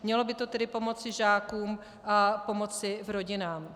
Mělo by to tedy pomoci žákům a pomoci rodinám.